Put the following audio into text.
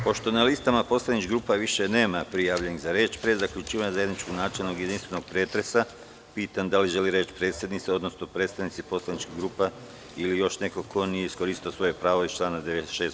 Pošto na listama poslaničkih grupa više nema prijavljenih za reč, pre zaključivanja zajedničkog načelnog i jedinstvenog pretresa, pitam da li žele reč predsednici, odnosno predstavnici poslaničkih grupa ili još neko ko nije iskoristio svoje pravo iz člana 96.